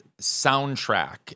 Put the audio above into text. Soundtrack